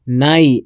ನಾಯಿ